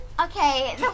Okay